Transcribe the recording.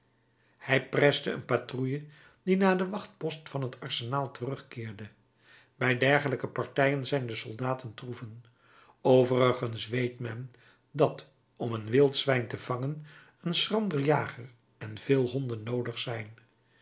hij preste een patrouille die naar den wachtpost van het arsenaal terugkeerde bij dergelijke partijen zijn de soldaten troeven overigens weet men dat om een wild zwijn te vangen een schrander jager en veel honden noodig zijn